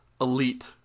elite